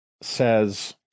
says